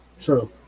True